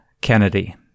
Kennedy